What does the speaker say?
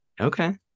Okay